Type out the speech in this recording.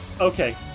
Okay